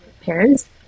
parents